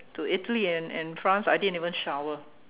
to Italy and and France I didn't even shower